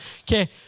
Okay